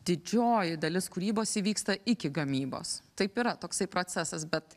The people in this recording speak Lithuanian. didžioji dalis kūrybos įvyksta iki gamybos taip yra toksai procesas bet